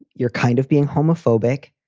you're kind of being homophobic.